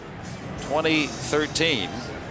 2013